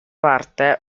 parte